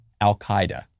Al-Qaeda